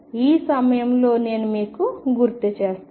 ఈ సమయంలో నేను మీకు గుర్తు చేస్తాను